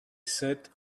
set